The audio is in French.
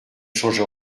change